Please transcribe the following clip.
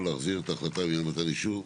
או להחזיר את ההחלטה בעניין מתן אישור...".